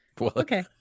okay